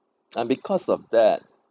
and because of that